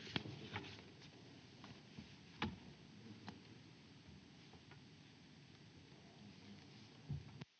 Kiitos